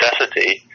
necessity